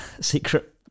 secret